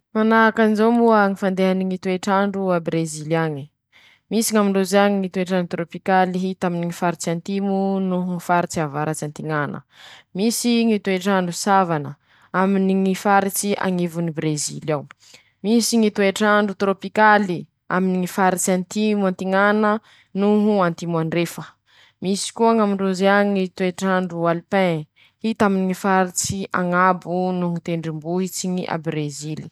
Manahakan'izao moa ñy fandehany ñy toetr'andro a Brezily añy: Misy ñamindrozy añy ñy toetr'andro torôpikaly hita aminy ñy faritsy antimo noho faritsy avaratsy antiñana, misy ñy toetr'andro savana aminy ñy faritsy añivony Brezily ao, misy ñy toetr'andro torôpikaly aminy ñy faritsy antimo antiñana noho antimo andrefa, misy koa ñ'amindrozy añy ñy toetr'andro alipin, hita aminy ñy faritsy añabo noho ñy tendrombohitsy a Brezily.